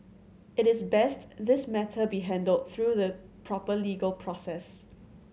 it is best this matter be handled through the proper legal process